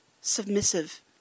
submissive